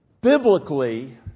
biblically